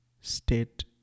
state